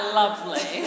lovely